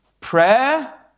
Prayer